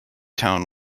town